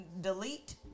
Delete